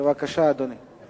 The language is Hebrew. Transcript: בבקשה, אדוני.